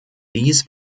dies